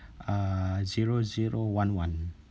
uh zero zero one one